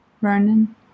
Ronan